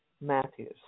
Matthews